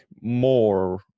more